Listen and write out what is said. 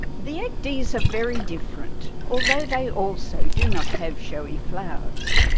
the ecdies are very different, although they also do not have showy flowers.